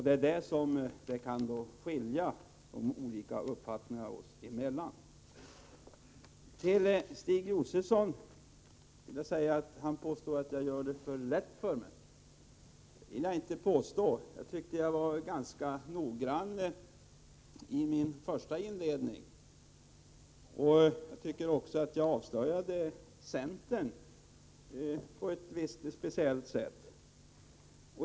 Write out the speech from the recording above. Det är där som det kan skilja i uppfattning oss emellan. Stig Josefson påstår att jag gör det för lätt för mig. Det vill jag inte påstå. Jag tycker att jag var ganska noggrann i min inledning. Jag tycker också att jag avslöjade centern på ett speciellt sätt.